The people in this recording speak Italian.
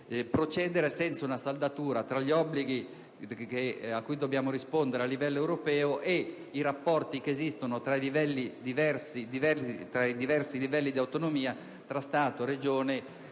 procedere senza una saldatura tra gli obblighi a cui dobbiamo rispondere a livello europeo e i rapporti esistenti tra i diversi livelli di autonomia, vale a dire Stato, Regioni ed enti